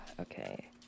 Okay